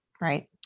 right